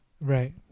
Right